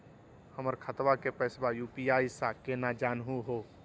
हमर खतवा के पैसवा यू.पी.आई स केना जानहु हो?